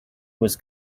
was